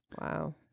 Wow